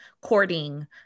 courting